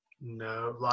no